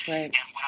Right